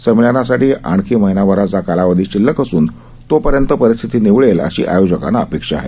संमेलनासाठी आणखी महिनाभराचा कालावधी शिल्लक असून तोपर्यंत परिस्थिती निवळेल अशी आयोजकांना अपेक्षा आहे